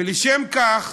ולשם כך